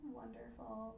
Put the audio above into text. wonderful